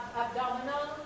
abdominal